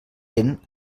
vent